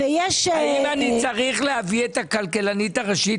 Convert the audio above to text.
האם אני צריך להביא את הכלכלנית הראשית